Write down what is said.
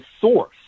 source